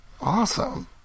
Awesome